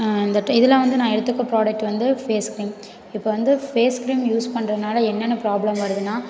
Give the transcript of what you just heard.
இந்த இதில் வந்து நான் எடுத்துருக்க ப்ராடக்ட்டு வந்து ஃபேஸ் கிரீம் இப்போ வந்து ஃபேஸ் கிரீம் யூஸ் பண்ணுறதுனால என்னென்ன ப்ராப்ளம் வருதுன்னா